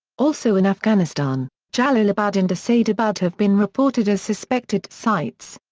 also in afghanistan, jalalabad and asadabad have been reported as suspected sites.